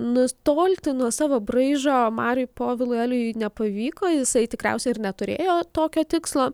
nutolti nuo savo braižo mariui povilui elijui nepavyko jisai tikriausiai ir neturėjo tokio tikslo